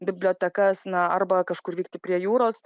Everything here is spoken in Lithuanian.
bibliotekas na arba kažkur vykti prie jūros